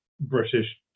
British